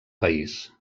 país